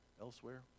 elsewhere